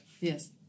Yes